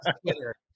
Twitter